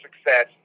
success